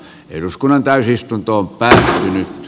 eduskunnan käytäntö tilalle